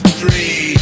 three